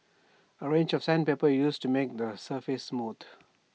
A range of sandpaper is used to make the surface smooth